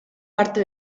parte